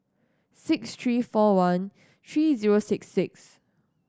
six three four one three zero six six